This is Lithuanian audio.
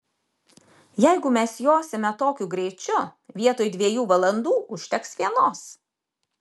jeigu mes josime tokiu greičiu vietoj dviejų valandų užteks vienos